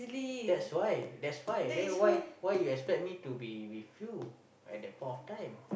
that's why that's why then why why you expect me to be with you at that point of time